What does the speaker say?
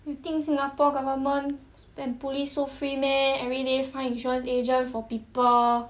you think singapore government and police so free meh every day find insurance agent for people